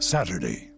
Saturday